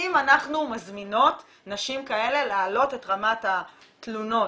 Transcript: האם אנחנו מזמינות נשים כאלה להעלות את רמת התלונות?